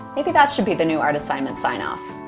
maybe that should be the new art assignment sign off.